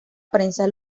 prensa